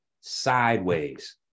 sideways